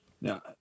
Now